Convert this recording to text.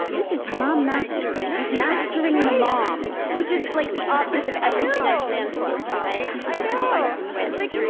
this is mom-mastery she's mastering the mom, which is like the opposite of everything i stand for i know it's like,